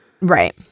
Right